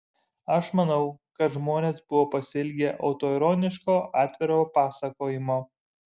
aš manau kad žmonės buvo pasiilgę autoironiško atviro pasakojimo